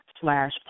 slash